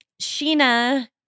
Sheena